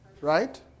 Right